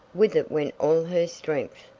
with it went all her strength,